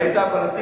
כן, היתה פלסטין.